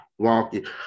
wonky